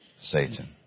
Satan